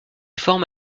forme